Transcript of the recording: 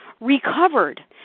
recovered